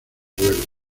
vuelos